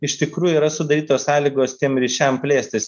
iš tikrųjų yra sudarytos sąlygos tiem ryšiam plėstis